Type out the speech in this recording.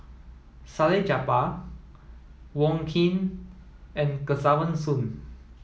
Salleh Japar Wong Keen and Kesavan Soon